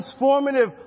transformative